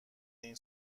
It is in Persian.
این